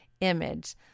image